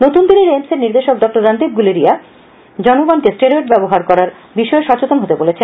নতুন দিল্লির এইমসের নির্দেশক ডঃ রণদীপ বুলেরিয়া জনগণকে স্টেরয়েড ব্যবহার করার বিষয়ে সচেতন হতে বলেছেন